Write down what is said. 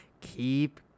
keep